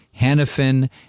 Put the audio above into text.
Hannafin